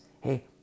Hey